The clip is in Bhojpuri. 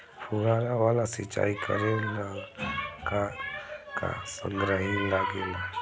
फ़ुहारा वाला सिचाई करे लर का का समाग्री लागे ला?